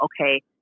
okay